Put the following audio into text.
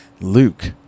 Luke